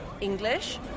English